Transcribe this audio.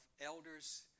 elders